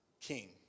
King